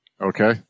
Okay